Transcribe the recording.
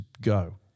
go